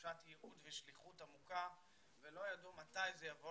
תחושת ייעוד ושליחות עמוקה ולא ידעו מתי זה יבוא